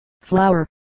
flower